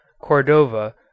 Cordova